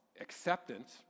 acceptance